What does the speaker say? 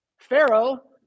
Pharaoh